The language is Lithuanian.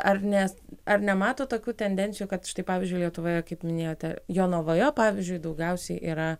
ar ne ar nematot tokių tendencijų kad štai pavyzdžiui lietuvoje kaip minėjote jonavoje pavyzdžiui daugiausiai yra